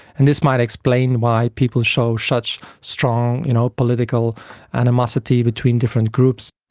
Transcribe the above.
and this might explain why people show such strong you know political animosity between different groups.